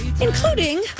including